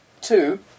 two